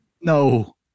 No